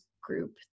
group